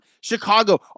Chicago